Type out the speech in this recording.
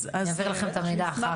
אני אעביר לכם את המידע אחר כך.